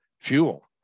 fuel